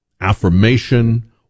affirmation